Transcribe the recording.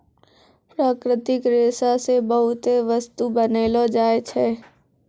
प्राकृतिक रेशा से बहुते बस्तु बनैलो जाय छै